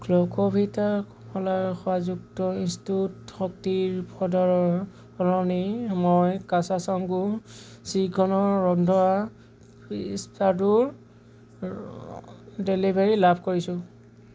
Glucovita কমলাৰ সোৱাদযুক্ত instant শক্তি পাউদাৰৰ সলনি মই কাছাচাংকো ছিলিকনৰ ৰন্ধোৱা স্পেটুৰ ডেলিভাৰী লাভ কৰিছোঁ